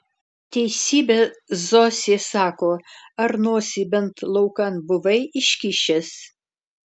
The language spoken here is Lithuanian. teisybę zosė sako ar nosį bent laukan buvai iškišęs